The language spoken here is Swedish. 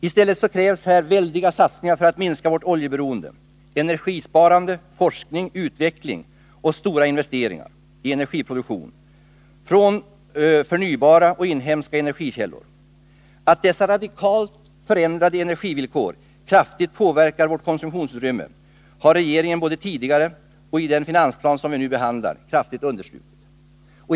I stället krävs här väldiga satsningar för att minska vårt oljeberoende, energisparande, forskning, utveckling och stora investeringar i energiproduktion från förnybara och inhemska energikällor. Att dessa radikalt förändrade energivillkor kraftigt påverkar vårt konsumtionsutrymme har regeringen både tidigare och i den finansplan som vi nu behandlar kraftigt understrukit.